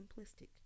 simplistic